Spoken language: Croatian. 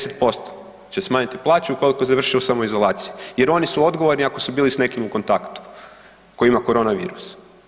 10% će smanjiti plaću ukoliko završe u samoizolaciji jer oni su odgovorni ako su bili s nekim u kontaktu ko ima korona virus.